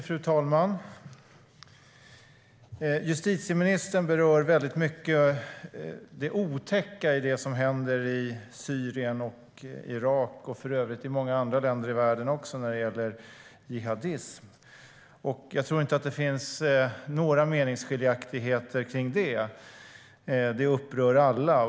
Fru talman! Justitieministern berör mycket av det otäcka som händer i Syrien, Irak och i många andra länder i världen när det gäller jihadism. Jag tror inte att det finns några meningsskiljaktigheter om det. Det upprör alla.